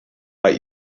bei